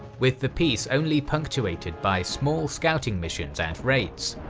with the peace only punctuated by small scouting missions and raids.